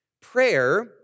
Prayer